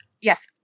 yes